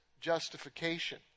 justification